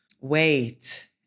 wait